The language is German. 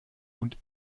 und